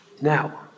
Now